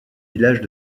villages